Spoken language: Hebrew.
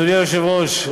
אדוני היושב-ראש,